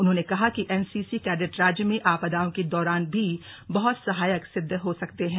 उन्होंने कहा कि एनसीसी कैंडैट राज्य में आपदाओं के दौरान भी बहुत सहायक सिद्ध हो सकते हैं